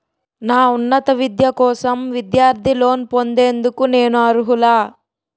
నా ఉన్నత విద్య కోసం విద్యార్థి లోన్ పొందేందుకు నేను అర్హులా?